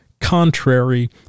contrary